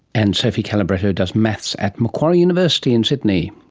and sophie calabretto does maths at macquarie university in sydney